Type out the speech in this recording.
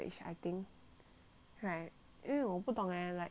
right 因为我不懂 leh like is like a mould already